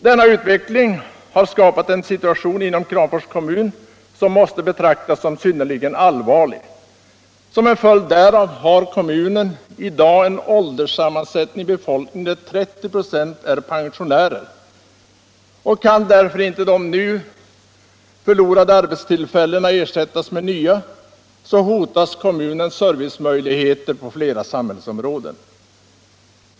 Denna utveckling har skapat en situation inom Kramfors kommun som måste betraktas som ytterst allvarlig. Som en följd därav har kommunen i dag en sådan ålderssammansättning av befolkningen att 30 ?. är pensionärer. Kan därför inte de nu förlorade arbetstillfällena ersättas med nvya, så hotas kommunens servicemöjligheter på flera samhällsområden.